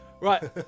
Right